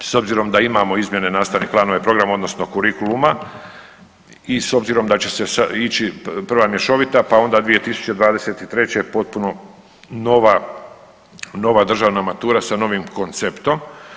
S obzirom da imamo izmjene nastavnih planova i programa odnosno kurikuluma i s obzirom da će se ići prva mješovita pa onda 2023. potpuno nova, nova državna matura sa novim konceptom.